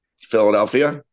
Philadelphia